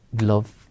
love